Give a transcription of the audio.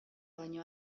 baino